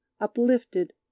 uplifted